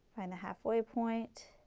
and the halfway point,